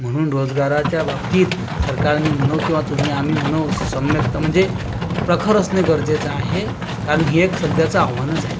म्हणून रोजगाराच्या बाबतीत सरकारने म्हणो किंवा तुम्ही आम्ही म्हणो सम्यक्त म्हंजे प्रखर असणे गरजेचे आहे कारण हे एक सध्याचं आव्हानच आहे